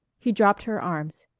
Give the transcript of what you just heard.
he dropped her arms.